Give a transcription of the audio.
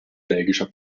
belgischer